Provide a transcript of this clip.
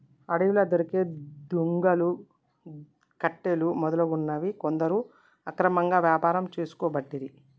అడవిలా దొరికే దుంగలు, కట్టెలు మొదలగునవి కొందరు అక్రమంగా వ్యాపారం చేసుకోబట్టిరి